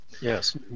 Yes